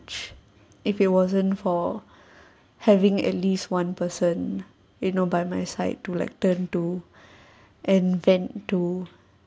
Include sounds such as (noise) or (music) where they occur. if it wasn't for (breath) having at least one person you know by my side to like to turn to (breath) and vent to